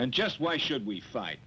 and just why should we fight